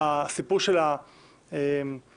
הסיפור של המשמעת,